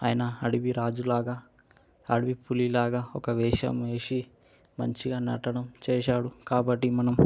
ఆయన అడవి రాజులాగా అడవి పులిలాగా ఒక వేషం వేసి మంచిగా నటనం చేసాడు కాబట్టి మనం